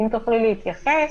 אם תוכלי להתייחס